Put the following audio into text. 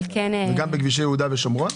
גם בכבישי יהודה ושומרון?